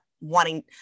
wanting